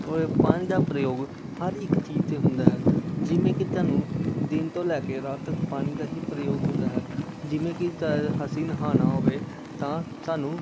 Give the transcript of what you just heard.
ਪ ਪਾਣੀ ਦਾ ਪ੍ਰਯੋਗ ਹਰ ਇੱਕ ਚੀਜ਼ 'ਤੇ ਹੁੰਦਾ ਹੈ ਜਿਵੇਂ ਕਿ ਤੁਹਾਨੂੰ ਦਿਨ ਤੋਂ ਲੈ ਕੇ ਰਾਤ ਤੱਕ ਪਾਣੀ ਦਾ ਹੀ ਪ੍ਰਯੋਗ ਹੁੰਦਾ ਹੈ ਜਿਵੇਂ ਕਿ ਤ ਅਸੀਂ ਨਹਾਉਣਾ ਹੋਵੇ ਤਾਂ ਸਾਨੂੰ